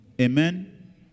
Amen